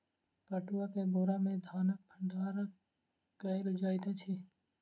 पटुआ के बोरा में धानक भण्डार कयल जाइत अछि